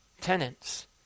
tenants